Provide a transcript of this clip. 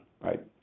Right